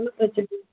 ஒன்றும் பிரச்சன இல்லை